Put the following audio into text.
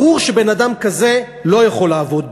ברור שבן-אדם כזה לא יכול לעבוד,